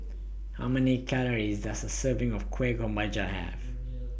How Many Calories Does A Serving of Kueh Kemboja Have